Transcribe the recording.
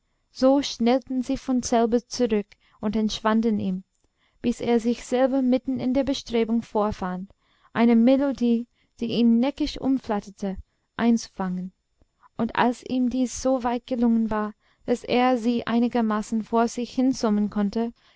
so schnellten sie von selber zurück und entschwanden ihm bis er sich selber mitten in der bestrebung vorfand eine melodie die ihn neckisch umflatterte einzufangen und als ihm dies so weit gelungen war daß er sie einigermaßen vor sich hinsummen konnte